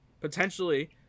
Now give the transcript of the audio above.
Potentially